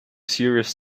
serious